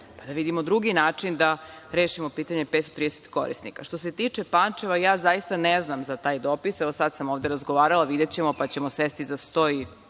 pa da vidimo drugi način da rešimo pitanje 530 korisnika. Što se tiče Pančeva, ja zaista ne znam za taj dopis, evo sada sam ovde razgovarala, videćemo, pa ćemo sesti za sto i